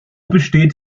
besteht